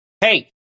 Hey